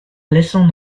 leçon